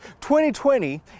2020